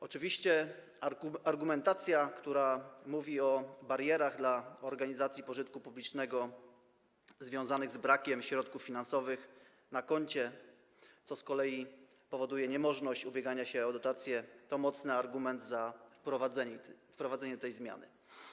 Oczywiście argumentacja, która mówi o barierach dla organizacji pożytku publicznego związanych z brakiem środków finansowych na koncie, co z kolei powoduje niemożność ubiegania się o dotacje, to mocny argument za wprowadzeniem tej zmiany.